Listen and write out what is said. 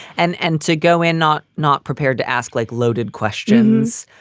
and and to go in not not prepared to ask like loaded questions.